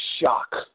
shock